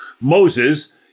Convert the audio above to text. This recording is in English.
Moses